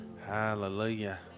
Hallelujah